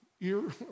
ear